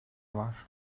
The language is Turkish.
var